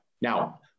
now